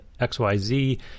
XYZ